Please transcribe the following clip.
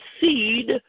seed